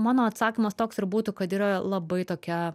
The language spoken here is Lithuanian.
mano atsakymas toks ir būtų kad yra labai tokia